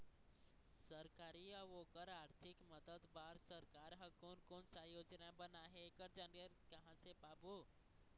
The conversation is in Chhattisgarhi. सरकारी अउ ओकर आरथिक मदद बार सरकार हा कोन कौन सा योजना बनाए हे ऐकर जानकारी कहां से पाबो?